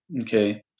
okay